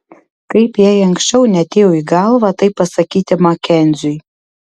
kaip jai anksčiau neatėjo į galvą tai pasakyti makenziui